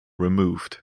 removed